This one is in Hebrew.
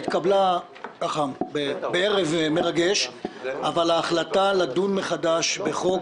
היא התקבלה בערב מרגש, אבל ההחלטה לדון מחדש בחוק